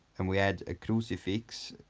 and we had a crucifix,